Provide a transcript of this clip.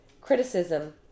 criticism